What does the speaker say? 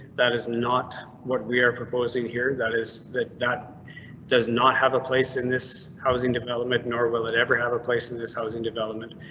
that is not what we are proposing here. that is, that that does not have a place in this housing development, nor will it ever have a place in this housing development.